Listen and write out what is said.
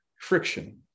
friction